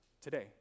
today